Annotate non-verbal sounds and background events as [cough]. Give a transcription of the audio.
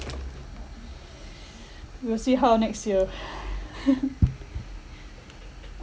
we'll see how next year [breath] [laughs]